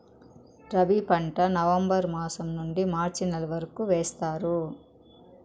రబీ పంట నవంబర్ మాసం నుండీ మార్చి నెల వరకు వేస్తారు